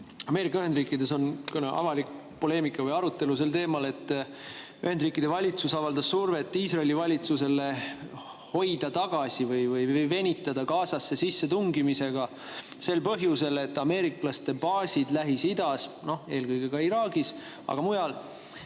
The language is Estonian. Ameerika Ühendriikides on avalik poleemika või arutelu sel teemal, et Ühendriikide valitsus avaldas survet Iisraeli valitsusele hoida tagasi või venitada Gazasse sissetungimisega. Seda põhjusel, et ameeriklaste baasid Lähis-Idas, eelkõige Iraagis, aga ka mujal,